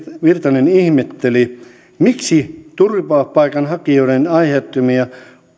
virtanen ihmetteli miksi turvapaikanhakijoiden aiheuttamia